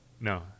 No